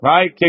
Right